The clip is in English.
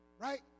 Right